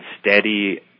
steady